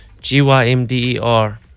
G-Y-M-D-E-R